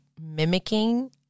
mimicking